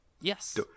Yes